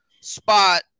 spot